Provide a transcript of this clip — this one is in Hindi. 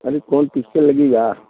अरे कोई पिक्चर लगी क्या